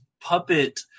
puppet